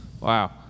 wow